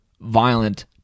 violent